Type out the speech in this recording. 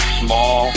small